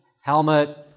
helmet